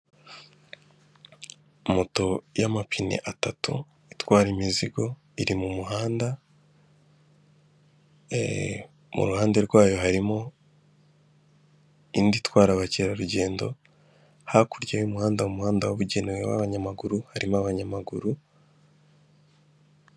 Moto y'amapine atatu itwara imizigo, iri mu muhanda, ee, mu ruhande rw'ayo harimo indi itwara abakerarugendo, hakurya y'umuhanda mu muhanda wabugenewe harimo abanyamaguru,